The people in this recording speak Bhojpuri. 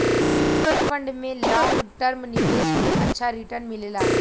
म्यूच्यूअल फण्ड में लॉन्ग टर्म निवेश पे अच्छा रीटर्न मिलला